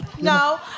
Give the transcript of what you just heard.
No